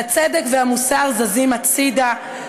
הצדק והמוסר זזים הצדה,